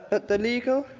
but the legal,